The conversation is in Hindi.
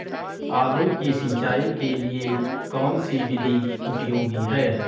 आलू की सिंचाई के लिए कौन सी विधि उपयोगी है?